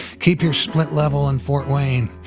keep your split level in fort wayne.